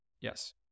Yes